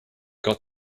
got